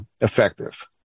effective